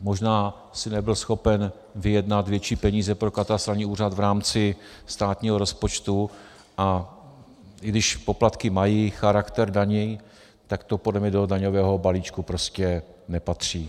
Možná si nebyl schopen vyjednat větší peníze pro katastrální úřad v rámci státního rozpočtu, a i když poplatky mají charakter daní, tak to podle mě do daňového balíčku prostě nepatří.